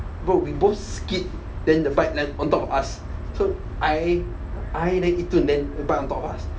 bro we both skip then the bike land on top of us so I I yi dun then on top of us